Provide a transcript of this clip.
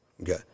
okay